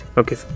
okay